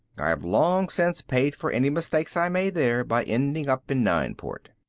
i have long since paid for any mistakes i made there by ending up in nineport.